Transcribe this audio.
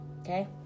Okay